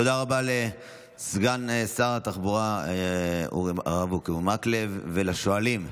תודה רבה לסגן שר התחבורה הרב אורי מקלב ולשואלים.